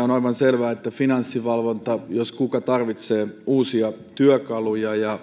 on aivan selvää että finanssivalvonta jos kuka tarvitsee uusia työkaluja